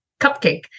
cupcake